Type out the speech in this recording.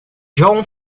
john